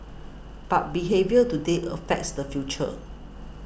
but behaviour today affects the future